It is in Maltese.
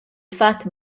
fatt